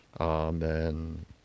Amen